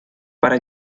para